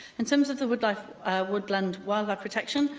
in terms of the woodland woodland wildlife protection,